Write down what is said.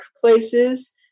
places